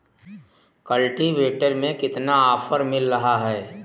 Cultivator में कितना offer मिल रहा है?